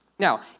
Now